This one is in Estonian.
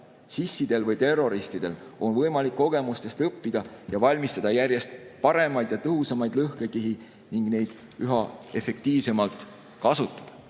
Sissidel või terroristidel on võimalik kogemustest õppida ja valmistada järjest paremaid ja tõhusamaid lõhkekehi ning neid üha efektiivsemalt kasutada.